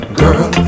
girl